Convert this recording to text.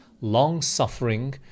long-suffering